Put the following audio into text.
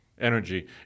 energy